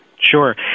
Sure